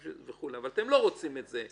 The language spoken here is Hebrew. אבל אתם לא רוצים את זה,